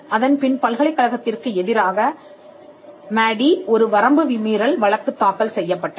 அதன்பின் பல்கலைக்கழகத்திற்கு எதிராக மே ஒரு வரம்பு மீறல் வழக்கு தாக்கல் செய்யப்பட்டது